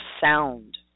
sound